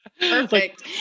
Perfect